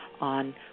on